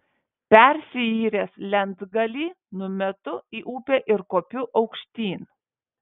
persiyręs lentgalį numetu į upę ir kopiu aukštyn